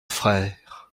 frère